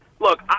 look